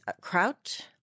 kraut